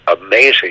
amazing